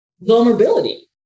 vulnerability